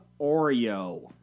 Oreo